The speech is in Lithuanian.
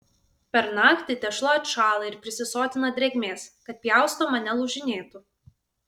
per naktį tešla atšąla ir prisisotina drėgmės kad pjaustoma nelūžinėtų